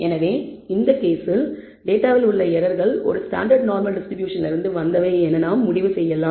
எனவே இந்த கேஸில் டேட்டாவில் உள்ள எரர்கள் ஒரு ஸ்டாண்டர்ட் நார்மல் டிஸ்ட்ரிபியூஷனிலிருந்து வந்தவை என நாம் முடிவு செய்யலாம்